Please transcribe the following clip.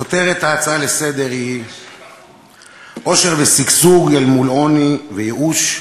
כותרת ההצעה לסדר-היום היא: עושר ושגשוג אל מול עוני וייאוש,